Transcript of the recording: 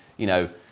you know,